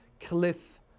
cliff